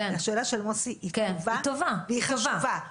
השאלה של מוסי היא טובה והיא חשובה,